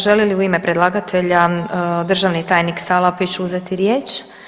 Želi li u ime predlagatelja državni tajnik Salapić uzeti riječ?